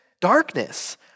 darkness